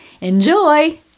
Enjoy